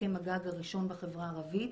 הסכם הגג הראשון בחברה הערבית,